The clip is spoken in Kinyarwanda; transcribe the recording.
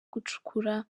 gucukura